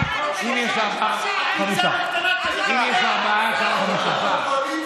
החדש, מבקשת לערוך מהפכה בעולם הכשרות.